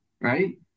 right